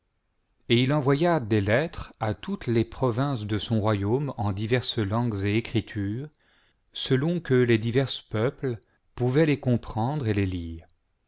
et il envoya des lettres à toute les provinces de son royaume en diverses langues et écritures selon que les divers peuples pouvaient les comprendre et les lire